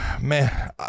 man